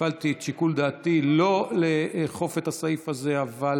הפעלתי את שיקול דעתי לא לאכוף את הסעיף הזה, אבל